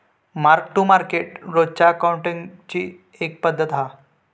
mark to market रोजच्या अकाउंटींगची एक पद्धत हा